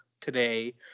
today